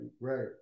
Right